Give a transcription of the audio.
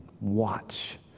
watch